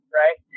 right